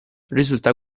risulta